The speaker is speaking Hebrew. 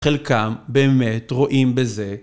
חלקם באמת רואים בזה.